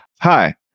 Hi